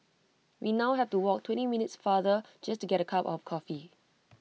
we now have to walk twenty minutes farther just to get A cup of coffee